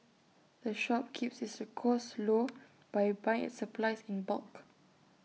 the shop keeps its costs low by buying its supplies in bulk